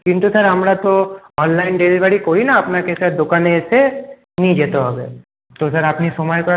কিন্তু স্যার আমরা তো অনলাইন ডেলিভারি করিনা আপনাকে স্যার দোকানে এসে নিয়ে যেতে হবে তো স্যার আপনি সময়